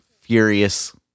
furious